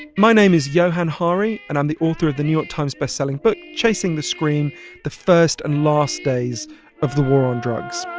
and my name is johann hari, and i'm the author of the new york times best-selling book chasing the scream the first and last days of the war on drugs.